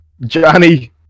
Johnny